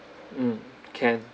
mm can